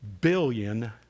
billion